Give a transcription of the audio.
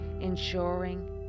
ensuring